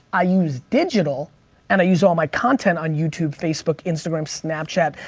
i use digital and i use all my content on youtube, facebook, instagram, snapchat,